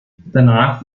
danach